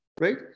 right